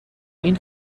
این